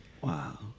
Wow